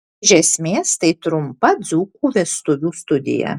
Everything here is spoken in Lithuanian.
iš esmės tai trumpa dzūkų vestuvių studija